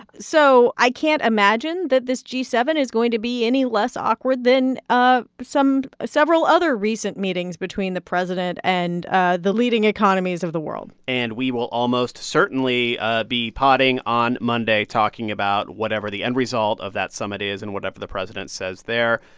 so i can't imagine that this g seven is going to be any less awkward than ah some ah several other recent meetings between the president and ah the leading economies of the world and we will almost certainly ah be podding on monday, talking about whatever the end result of that summit is and whatever the president says there.